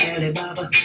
Alibaba